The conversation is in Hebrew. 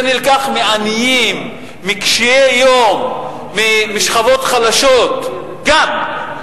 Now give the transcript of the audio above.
זה נלקח מעניים, מקשי יום, משכבות חלשות, גם.